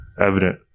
evident